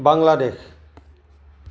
Bangladesh